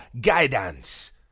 guidance